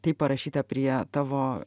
taip parašyta prie tavo